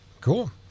Cool